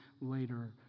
later